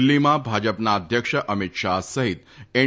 દિલ્હીમાં ભાજપના અધ્યક્ષ અમિત શાહ સહિત એન